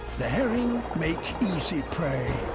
the herring make easy prey.